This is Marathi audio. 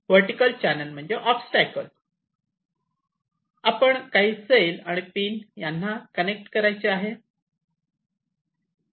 वर्टीकल चॅनेल म्हणजे ऑब्स्टटॅकल आपण काही सेल आणि पिन यांना कनेक्ट करायचे आहे